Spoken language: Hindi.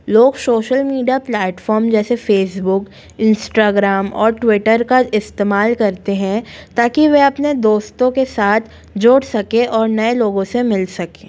लोग सोशल मीडिया प्लैटफ़ोम जैसे फ़ेसबुक इंस्टाग्राम और ट्विटर का इस्तेमाल करते हैं ताकी वे अपने दोस्तों के साथ जोड़ सकें और नए लोगों से मिल सकें